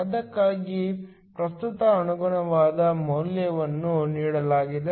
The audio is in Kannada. ಅದಕ್ಕಾಗಿ ಪ್ರಸ್ತುತದ ಅನುಗುಣವಾದ ಮೌಲ್ಯವನ್ನು ನೀಡಲಾಗಿದೆ